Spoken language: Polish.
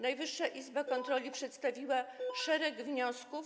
Najwyższa Izba Kontroli przedstawiła szereg wniosków.